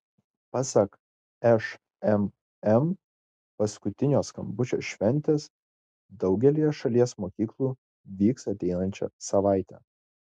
pasak šmm paskutinio skambučio šventės daugelyje šalies mokyklų vyks ateinančią savaitę